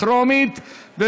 זו